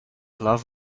love